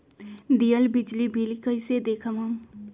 दियल बिजली बिल कइसे देखम हम?